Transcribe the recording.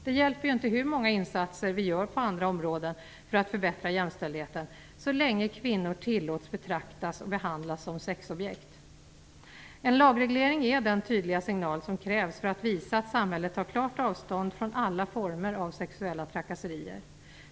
Det hjälper inte hur många insatser vi gör på andra områden för att förbättra jämställdheten så länge kvinnor tillåts betraktas och behandlas som sexobjekt. En lagreglering ger den tydliga signal som krävs för att visa att samhället tar klart avstånd från alla former av sexuella trakasserier.